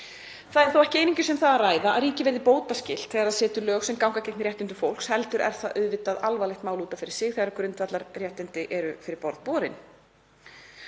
Þó er ekki einungis um það að ræða að ríkið verði bótaskylt þegar það setur lög sem ganga gegn réttindum fólks heldur er það auðvitað alvarlegt mál út af fyrir sig þegar grundvallarréttindi eru fyrir borð borin.